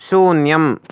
शून्यम्